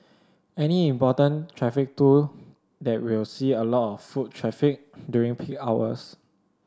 any important traffic tool that will see a lot of foot traffic during peak hours